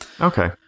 Okay